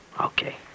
Okay